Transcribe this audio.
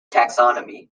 taxonomy